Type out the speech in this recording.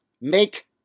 Make